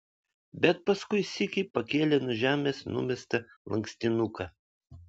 bet paskui sykį pakėlė nuo žemės numestą lankstinuką